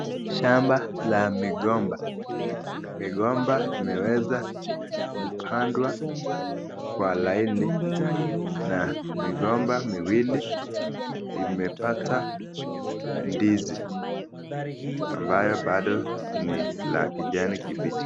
Shamba la migomba, migomba imeweza kupandwa kwa laini na migomba miwili imepata ndizi ambayo bado ni la kijani kibichi.